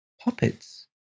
Puppets